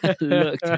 look